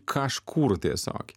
kažkur tiesiog